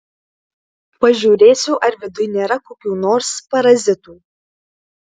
pažiūrėsiu ar viduj nėra kokių nors parazitų